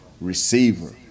receiver